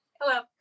hello